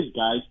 guys